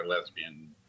lesbian